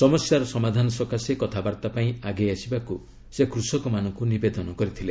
ସମସ୍ୟାର ସମାଧାନ ସକାଶେ କଥାବାର୍ତ୍ତା ପାଇଁ ଆଗେଇ ଆସିବାକୁ ସେ କୃଷକମାନଙ୍କୁ ନିବେଦନ କରିଥିଲେ